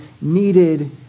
needed